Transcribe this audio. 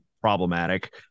problematic